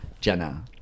Jenna